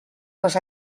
les